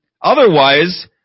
Otherwise